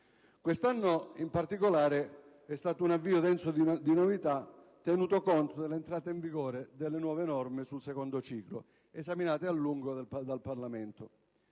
Quest'anno in particolare è stato un avvio denso di novità, tenuto conto dell'entrata in vigore delle nuove norme sul secondo ciclo esaminate a lungo dal Parlamento.